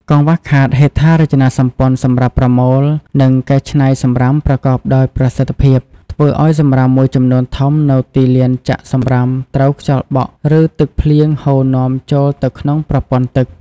កង្វះខាតហេដ្ឋារចនាសម្ព័ន្ធសម្រាប់ប្រមូល និងកែច្នៃសំរាមប្រកបដោយប្រសិទ្ធភាព ធ្វើឲ្យសំរាមមួយចំនួនធំនៅទីលានចាក់សំរាមត្រូវខ្យល់បក់ ឬទឹកភ្លៀងហូរនាំចូលទៅក្នុងប្រព័ន្ធទឹក។